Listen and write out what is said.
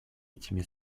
этими